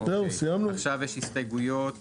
הסתייגויות